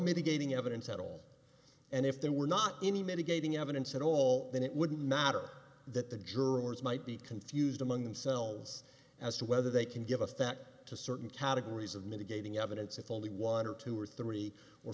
mitigating evidence at all and if there were not any mitigating evidence at all then it wouldn't matter that the jurors might be confused among themselves as to whether they can give us that to certain categories of mitigating evidence with only one or two or three or